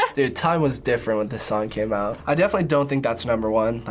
dude, time was different when this song came out. i definitely don't think that's number one. like,